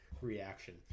reaction